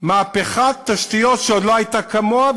מהפכת תשתיות שעוד לא הייתה כמוה,